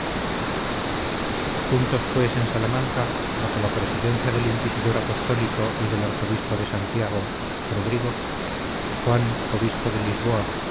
juntos pues en salamanca bajo la presidencia del inquisidor apostólico y del arzobispo de santiago rodrigo juan obispo de lisboa